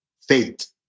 fate